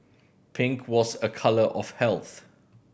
pink was a colour of health